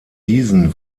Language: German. diesen